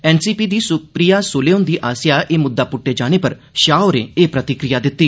NCP दी सुप्रिया सूर्ले दे आसेआ एह मुददा पुट्टने जाने पर शाह होरें एह प्रतिक्रिया दित्ती